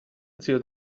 zio